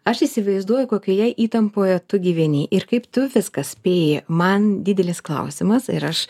aš įsivaizduoju kokioje įtampoje tu gyveni ir kaip tu viską spėji man didelis klausimas ir aš